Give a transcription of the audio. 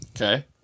Okay